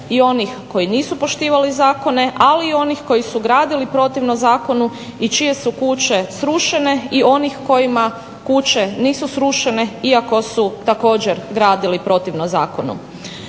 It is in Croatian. i onih koji nisu poštivali zakone, ali i onih koji su gradili protivno zakonu i čije su kuće srušene i onih kojima kuće nisu srušene iako su također gradili protivno zakonu.